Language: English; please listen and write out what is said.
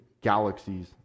galaxies